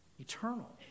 Eternal